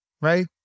Right